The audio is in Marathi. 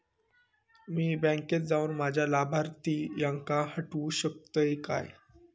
मी बँकेत जाऊन माझ्या लाभारतीयांका हटवू शकतय काय?